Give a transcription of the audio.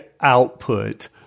output